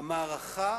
המערכה